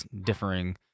differing